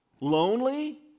Lonely